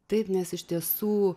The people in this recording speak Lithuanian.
taip nes iš tiesų